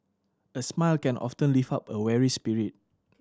a smile can often lift up a weary spirit